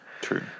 True